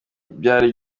byari